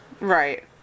Right